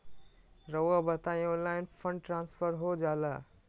रहुआ बताइए online fund transfer हो जाला?